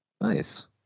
nice